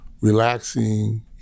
relaxing